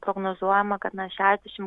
prognozuojama kad na šešiasdešim